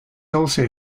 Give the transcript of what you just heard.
also